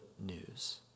news